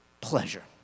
pleasure